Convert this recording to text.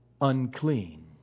unclean